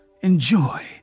enjoy